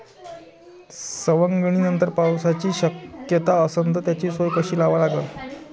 सवंगनीनंतर पावसाची शक्यता असन त त्याची सोय कशी लावा लागन?